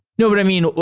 no. but i mean,